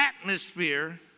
atmosphere